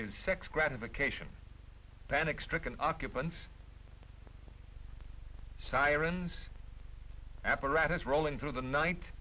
sex gratification panic stricken occupants sirens apparatus rolling through the night